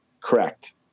Correct